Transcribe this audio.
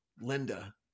Linda